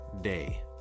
day